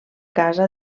casa